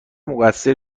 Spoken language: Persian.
مقصر